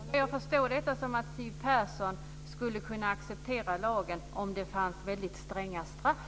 Ska jag förstå detta som att Siw Persson skulle kunna acceptera lagen om det fanns väldigt stränga straff?